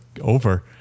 over